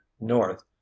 north